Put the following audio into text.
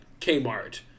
Kmart